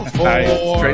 four